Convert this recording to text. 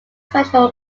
special